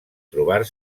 trobar